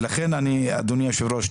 ולכן אני אדוני היושב ראש,